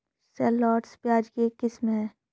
shallots, प्याज की एक किस्म है